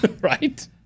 right